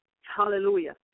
hallelujah